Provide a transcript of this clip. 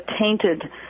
tainted